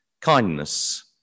kindness